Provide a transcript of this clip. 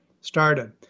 started